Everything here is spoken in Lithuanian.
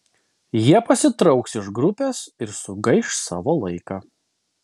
jie pasitrauks iš grupės ir sugaiš savo laiką